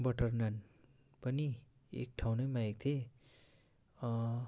butter naan पनि एक ठाउँ नै मागेको थिएँ